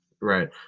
Right